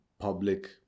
public